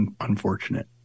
unfortunate